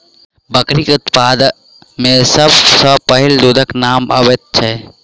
बकरी उत्पाद मे सभ सॅ पहिले दूधक नाम अबैत छै